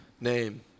name